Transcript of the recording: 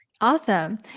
Awesome